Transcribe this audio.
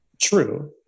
True